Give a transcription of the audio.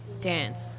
dance